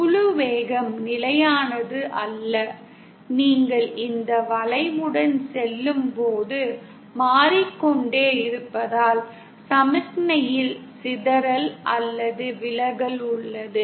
குழு வேகம் நிலையானது அல்ல நீங்கள் இந்த வளைவுடன் செல்லும்போது மாறிக்கொண்டே இருப்பதால் சமிக்ஞையில் சிதறல் அல்லது விலகல் உள்ளது